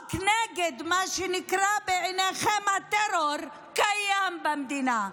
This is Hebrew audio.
חוק נגד מה שנקרא בעיניכם "הטרור" קיים במדינה,